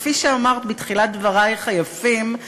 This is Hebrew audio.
כפי שאמרת בתחילת דברייך היפים,